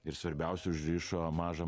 ir svarbiausia užrišo mažą